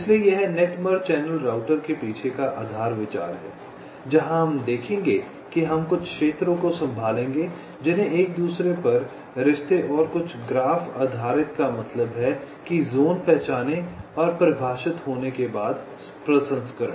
इसलिए यह net merge channel router के पीछे का आधार विचार है जहां हम देखेंगे कि हम कुछ क्षेत्रों को संभालेंगे जिन्हें एक दूसरे पर रिश्ते और कुछ ग्राफ आधारित का मतलब है कि ज़ोन पहचानेऔर परिभाषित होने के बाद प्रसंस्करण